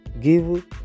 give